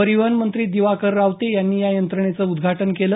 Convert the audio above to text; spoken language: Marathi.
परिवहन मंत्री दिवाकर रावते यांनी या यंत्रणेचं उद्घाटन केलं